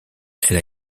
elle